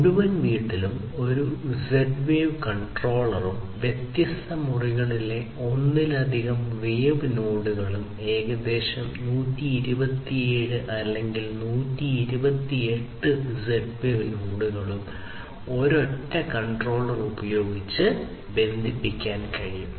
മുഴുവൻ വീട്ടിലും ഒരു Z വേവ് കൺട്രോളറും വ്യത്യസ്ത മുറികളിലെ ഒന്നിലധികം Z വേവ് നോഡുകളും ഏകദേശം 127 അല്ലെങ്കിൽ 128 Z വേവ് നോഡുകളും ഒരൊറ്റ കൺട്രോളർ ഉപയോഗിച്ച് ബന്ധിപ്പിക്കാൻ കഴിയും